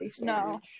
No